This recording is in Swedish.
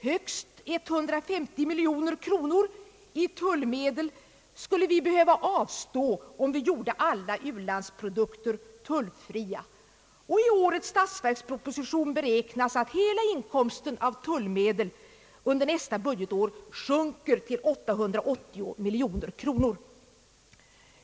Högst 150 miljoner kronor i tullmedel skulle vi behöva avstå om vi gjorde alla u-landsprodukter tullfria. I årets statsverksproposition beräknas att hela inkomsten av tullmedel under nästa budgetår sjunker till 880 miljoner kronor.